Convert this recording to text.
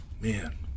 man